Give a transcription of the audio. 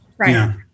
Right